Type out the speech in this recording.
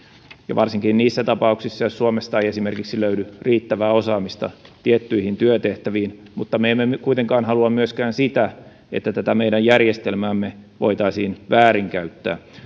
varsinkin niissä tapauksissa jos suomesta ei löydy riittävää osaamista tiettyihin työtehtäviin mutta me emme kuitenkaan halua myöskään sitä että tätä meidän järjestelmäämme voitaisiin väärinkäyttää